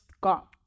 got